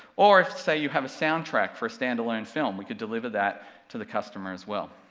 or if say you have a soundtrack for a standalone film we could deliver that to the customer as well.